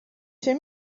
się